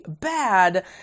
bad